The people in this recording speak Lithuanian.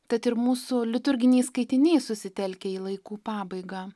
tad ir mūsų liturginiai skaitiniai susitelkia į laikų pabaigą